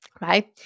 right